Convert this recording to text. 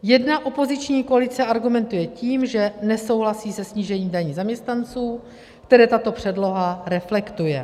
Jedna opoziční koalice argumentuje tím, že nesouhlasí se snížením daní zaměstnanců, které tato předloha reflektuje.